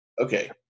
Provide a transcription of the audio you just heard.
Okay